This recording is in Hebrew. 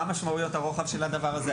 מה משמעויות הרוחב של הדבר הזה.